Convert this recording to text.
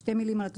שתי מילים לגבי